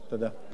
תודה רבה.